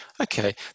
Okay